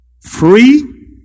Free